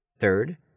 third